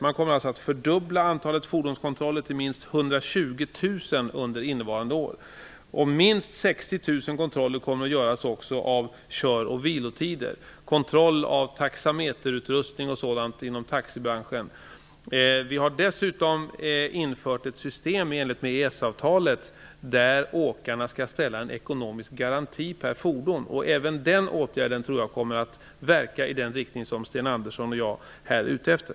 Man kommer alltså att fördubbla antalet fordonskontroller till minst kontroller kommer att göras även av kör och vilotider samt av taxameterutrustning inom taxibranschen. Dessutom har vi infört ett system enligt EES-avtalet, där åkarna skall ställa en ekonomisk garanti per fordon. Även den åtgärden tror jag kommer att verka i det syfte som Sten Andersson och jag här är ute efter.